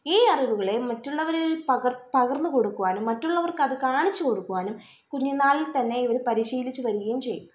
ഈ അറിവുകളെ മറ്റുള്ളവരിൽ പകർ പകർന്ന് കൊടുക്കുവാനും മറ്റുള്ളവർക്കത് കാണിച്ച് കൊടുക്കുവാനും കുഞ്ഞുനാളിൽ തന്നെ ഇവർ പരിശീലിച്ച് വരികയും ചെയ്യും